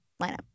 lineup